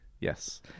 Yes